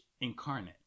incarnate